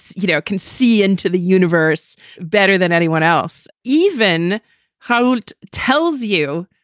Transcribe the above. you know can see into the universe better than anyone else, even how it tells you.